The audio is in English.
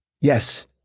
Yes